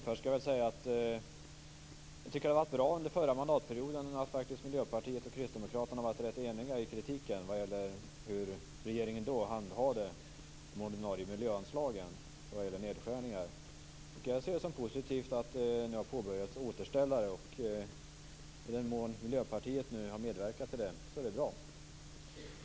Fru talman! Det var bra att Miljöpartiet och Kristdemokraterna under den förra mandatperioden var eniga i kritiken av hur regeringen då handhade ordinarie miljöanslag och nedskärningar. Jag ser det som positivt att återställare har påbörjats. Det är bra - i den mån Miljöpartiet nu har medverkat till detta.